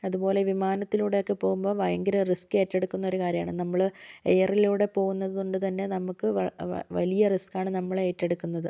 അതുപോലെ വിമാനത്തിലൂടെ ഒക്കെ പോകുമ്പോൾ ഭയങ്കര റിസ്ക് ഏറ്റെടുക്കുന്ന ഒരു കാര്യമാണ് നമ്മൾ എയറിലൂടെ പോകുന്നതു കൊണ്ട് തന്നെ നമുക്ക് വലിയ റിസ്കാണ് നമ്മൾ ഏറ്റെടുക്കുന്നത്